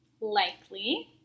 likely